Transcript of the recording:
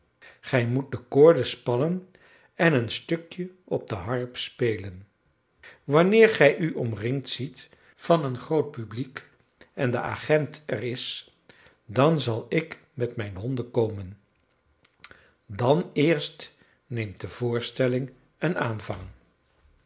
gij moet de koorden spannen en een stukje op de harp spelen wanneer gij u omringd ziet van een groot publiek en de agent er is dan zal ik met mijn honden komen dan eerst neemt de voorstelling een aanvang